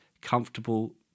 comfortable